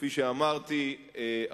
כפי שאמרתי,